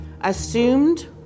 assumed